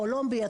קולומביה,